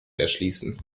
erschließen